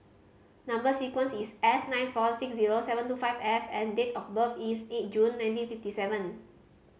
number sequence is S nine four six zero seven two five F and date of birth is eight June nineteen fifty seven